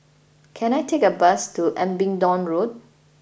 can I take a bus to Abingdon Road